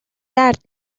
درد